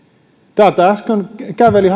täältä äsken käveli